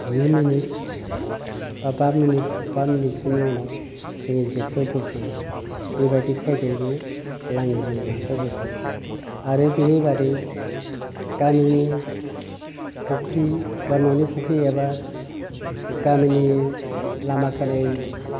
जि minute बा बा minute बा मिनिटसोनि उनाव जोङो जेखौ बोखाङो बेबायदि खायदायैबो लाङिजों नाखौ बोखाङो आरो बेनि बादै गामिनि फख्रि बा न'नि फख्रि एबा गामिनि लामा खोनाय